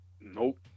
Nope